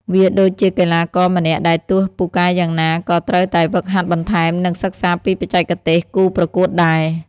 វាដូចជាកីឡាករម្នាក់ ដែលទោះពូកែយ៉ាងណាក៏ត្រូវតែហ្វឹកហាត់បន្ថែម និងសិក្សាពីបច្ចេកទេសគូប្រកួតដែរ។